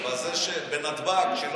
בנתב"ג,